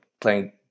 playing